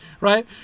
right